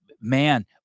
Man